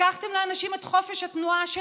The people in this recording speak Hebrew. לקחתם לאנשים את חופש התנועה שלהם,